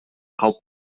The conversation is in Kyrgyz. калп